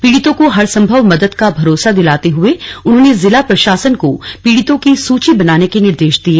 पीड़ितों को हरसंभव मदद का भरोसा दिलाते हुए उन्होंने जिला प्रशासन को पीड़ितों की सूची बनाने के निर्देश दिए